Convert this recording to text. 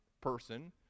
person